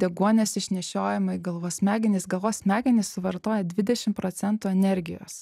deguonies išnešiojimą į galvos smegenis galvos smegenys suvartoja dvidešim procentų energijos